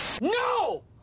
No